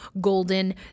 Golden